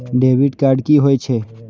Debit card की होय छे?